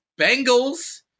Bengals